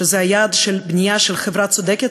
שזה היעד של בנייה של חברה צודקת,